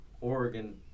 Oregon